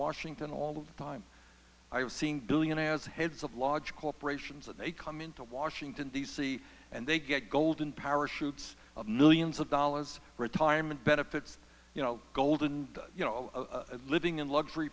washington all the time i have seen billionaires heads of large corporations and they come into washington d c and they get golden parachutes of millions of dollars retirement benefits you know gold and you know living in luxury